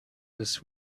this